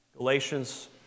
Galatians